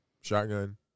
shotgun